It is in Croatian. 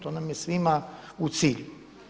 To nam je svima u cilju.